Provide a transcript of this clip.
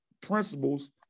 principles